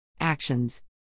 Actions